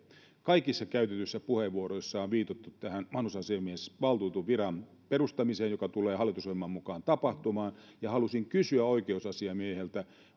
kaikissa käytetyissä puheenvuoroissa on viitattu tähän vanhusasiamiehen tai valtuutetun viran perustamiseen joka tulee hallitusohjelman mukaan tapahtumaan ja halusin kysyä oikeusasiamieheltä